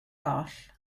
goll